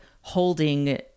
holding